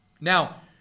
Now